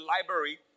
library